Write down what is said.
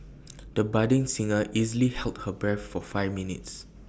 the budding singer easily held her breath for five minutes